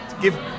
give